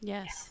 Yes